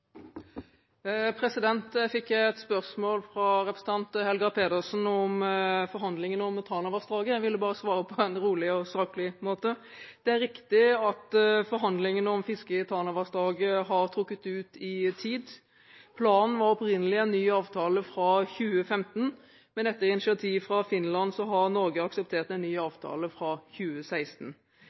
Jeg fikk et spørsmål fra representanten Helga Pedersen om forhandlingene om Tanavassdraget. Jeg ville bare svare på en rolig og saklig måte. Det er riktig at forhandlingene om fiske i Tanavassdraget har trukket ut i tid. Planen var opprinnelig en ny avtale fra 2015, men etter initiativ fra Finland har Norge akseptert en ny avtale fra 2016.